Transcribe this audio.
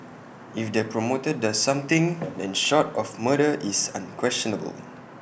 if the promoter does something then short of murder it's unquestionable